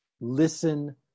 Listen